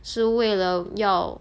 是为了要